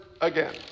again